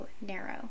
narrow